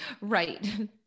Right